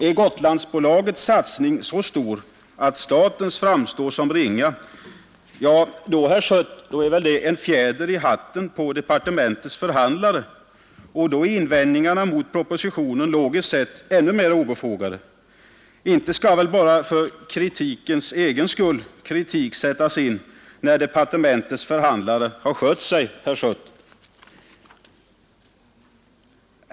Är Gotlandsbolagets satsning så stor att statens framstår som ringa, då — herr Schött — är det en fjäder i hatten på departementets förhandlare, och då är invändningarna mot propositionen logiskt sett ännu mera obefogade. Inte skall väl bara för kritikens egen skull kritik sättas in när departementets förhandlare har skött sig, herr Schött?